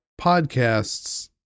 podcasts